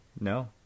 No